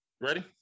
Ready